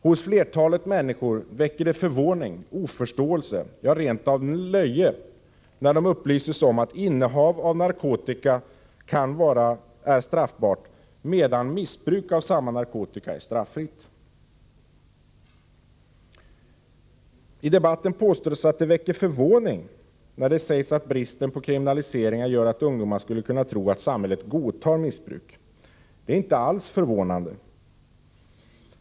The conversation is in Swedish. Hos flertalet människor väcker det förvåning, oförståelse, ja, rent av löje när de upplyses om att innehav av narkotika är straffbart, medan missbruk av samma narkotika är straffritt. I debatten påstås att det väcker förvåning när det sägs att icke-kriminaliseringen gör att ungdomar skulle kunna tro att samhället godtar missbruk. Det är inte alls förvånande.